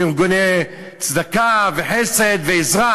של ארגוני צדקה וחסד ועזרה,